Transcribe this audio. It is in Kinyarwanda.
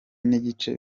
n’igice